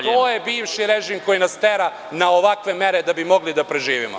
To je bivši režim koji nas tera na ovakve mere da bi mogli da preživimo.